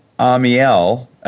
Amiel